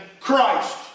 Christ